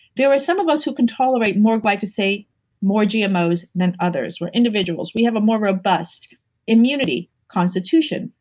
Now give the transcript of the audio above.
there was some of us who can tolerate more glyphosate more, gmos than others. we're individuals. we have a more robust immunity constitution.